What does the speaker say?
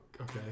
okay